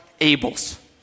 Abel's